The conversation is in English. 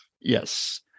yes